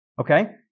Okay